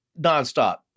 nonstop